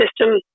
system